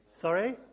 sorry